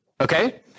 Okay